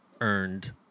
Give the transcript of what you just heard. earned